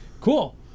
Cool